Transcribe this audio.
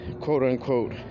quote-unquote